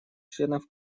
членов